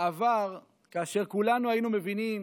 בעבר, כאשר כולנו היינו מבינים